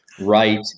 right